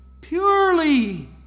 purely